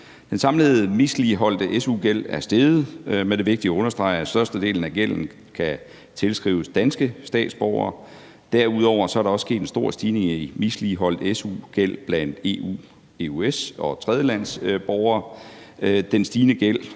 Den samlede misligholdte su-gæld er steget, men det er vigtigt at understrege, at størstedelen af gælden kan tilskrives danske statsborgere. Derudover er der også sket en stor stigning i misligholdt su-gæld blandt EU-/EØS- og tredjelandsborgere. Den stigende gæld